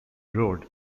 road